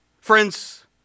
Friends